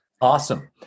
Awesome